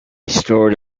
stored